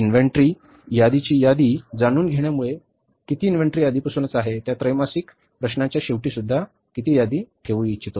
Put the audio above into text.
inventory यादीची यादी जाणून घेण्यामुळे यादी किती इन्व्हेंटरी आधीपासून आहे त्या त्रैमासिक प्रश्नाच्या शेवटीसुद्धा किती यादी ठेवू इच्छितो